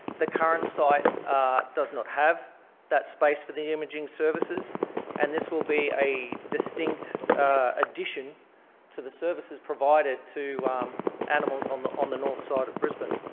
the current site does not have that space for the imaging services and this will be a distinct addition to the services provided to animals on the on the north side of brisbane.